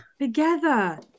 Together